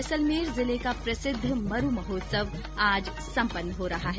जैसलमेर जिले का प्रसिद्ध मरू महोत्सव आज संपन्न हो रहा है